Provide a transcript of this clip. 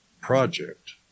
project